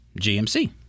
GMC